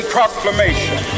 Proclamation